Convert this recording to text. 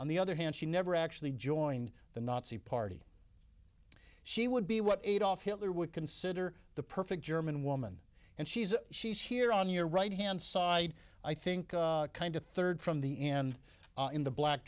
on the other hand she never actually joined the nazi party she would be what adolf hitler would consider the perfect german woman and she's she's here on your right hand side i think kind of third from the end in the black